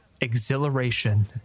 Exhilaration